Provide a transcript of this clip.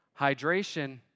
Hydration